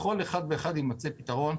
לכל אחד יימצא פתרון.